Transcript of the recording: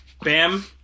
Bam